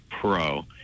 pro